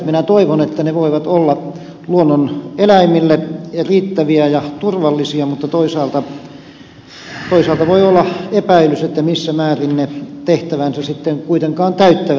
minä toivon että ne voivat olla luonnon eläimille riittäviä ja turvallisia mutta toisaalta voi olla epäilys missä määrin ne tehtävänsä sitten kuitenkaan täyttävät